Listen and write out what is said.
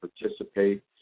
participate